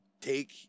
take